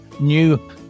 new